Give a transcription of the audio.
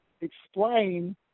explain